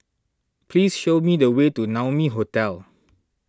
please show me the way to Naumi Hotel